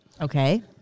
Okay